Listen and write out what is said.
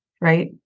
right